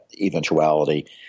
eventuality